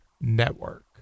network